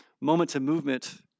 moment-to-movement